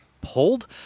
pulled